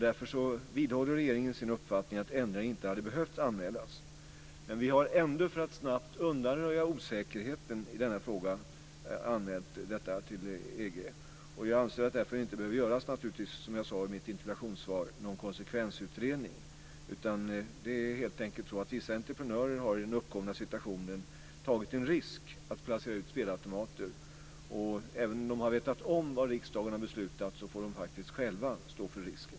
Därför vidhåller regeringen sin uppfattning att ändringarna inte skulle ha behövt anmälas, men vi har ändå, för att snabbt undanröja osäkerheten i denna fråga, anmält detta till EG. Jag anser därför att det naturligtvis inte behöver göras någon konsekvensutredning, vilket jag också sade i mitt interpellationssvar. Vissa entreprenörer har helt enkelt i den uppkomna situationen tagit en risk i och med att de har placerat ut spelautomater. Även om de har vetat om vad riksdagen har beslutat så får de faktiskt själva stå för risken.